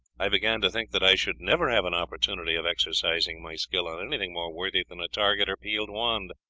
i began to think that i should never have an opportunity of exercising my skill on anything more worthy than a target or peeled wand.